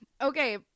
Okay